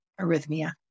arrhythmia